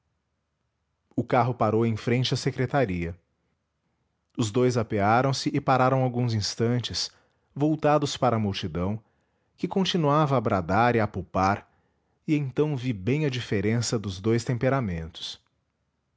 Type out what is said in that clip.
o carro parou em frente à secretaria os dous apearam-se e pararam alguns instantes voltados para a multidão que continuava a bradar e apupar e então vi bem a diferença dos dois temperamentos